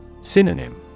Synonym